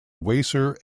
weser